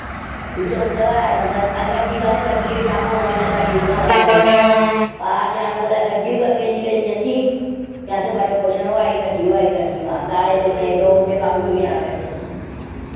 जुल्लदे गै ते अज्ज गड्डी दा चंभपुना गै होंदा गड्डी कुत्थां लब्भै असेंगी पार जाना कुदै गड्डी बी बैह्ली बैह्ली जंदी ही ते असें बड़े खुश होना ओह् आई गड्डी ओह् आई गड्डी ते सारें कम्म छोड़ियै जाना गड्डी दिक्खने गी